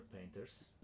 painters